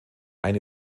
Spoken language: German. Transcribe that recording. eine